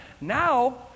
Now